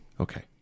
Okay